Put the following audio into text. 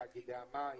תאגידי המים?